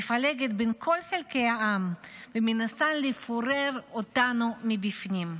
מפלגת בין כל חלקי העם ומנסה לפורר אותנו מבפנים.